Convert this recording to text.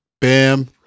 Bam